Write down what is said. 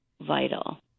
vital